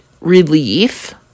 relief